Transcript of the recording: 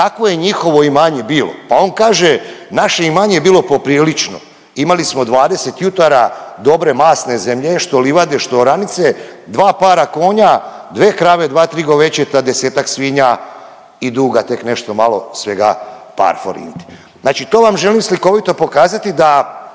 kakvo je njihovo imanje bilo, pa on kaže, naše imanje je bilo poprilično, imali smo 20 jutara dobre masne zemlje, što livade, što oranice, dva para konja, dve krave, dva-tri govečeta, 10-tak svinja i duga tek nešto malo, svega par forinti. Znači to vam želim slikovito pokazati da